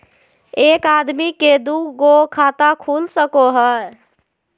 एक आदमी के दू गो खाता खुल सको है?